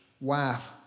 wife